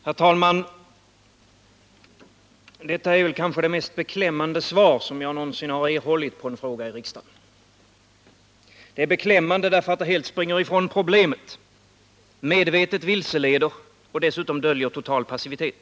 Herr talman! Detta är kanske det mest beklämmande svar som jag någonsin har erhållit på en fråga i riksdagen. Det är beklämmande därför att det helt springer ifrån problemet, medvetet vilseleder och dessutom döljer total passivitet.